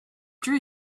drew